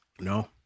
No